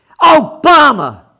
Obama